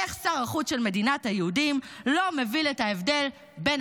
איך שר החוץ של מדינת היהודים לא מבין את ההבדל בין